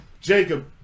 Jacob